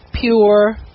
pure